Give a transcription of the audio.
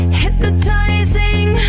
hypnotizing